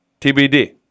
TBD